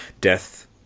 death